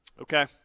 okay